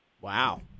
Wow